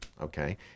okay